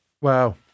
Wow